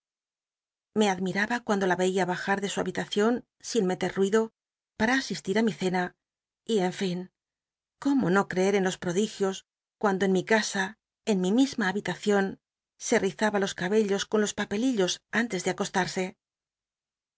adm iraba cuando la veía bajar de su habitacion sin meter ruido para asisti r ú mi cena y en fin cómo no creer en los prodigios cuando en mi casa en mi misma habilat ion e rizaba los cabellos con los pal elillos antes de acosta